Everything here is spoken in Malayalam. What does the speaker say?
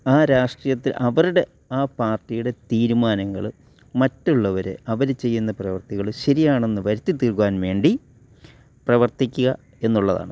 ആ രാഷ്ട്രീയത്തെ അവരുടെ ആ പാർട്ടീടെ തീരുമാനങ്ങൾ മറ്റുള്ളവർ അവർ ചെയ്യുന്ന പ്രവർത്തികൾ ശരിയാണെന്ന് വരുത്തി തീർക്കുവാൻ വേണ്ടി പ്രവർത്തിക്കുക എന്നുള്ളതാണ്